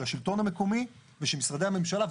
של השלטון המקומי ושל משרדי הממשלה.